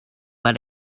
but